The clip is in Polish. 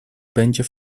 będzie